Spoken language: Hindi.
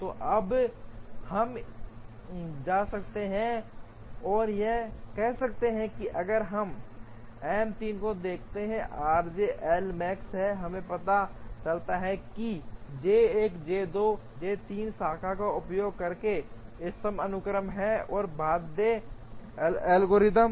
तो अब हम जा सकते हैं और कह सकते हैं कि अगर हम M 3 को देखें 1 आरजे एल मैक्स पर हमें पता चलता है कि जे 1 जे 2 जे 3 शाखा का उपयोग करके इष्टतम अनुक्रम है और बाध्य एल्गोरिथ्म